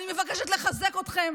אני מבקשת לחזק אתכם.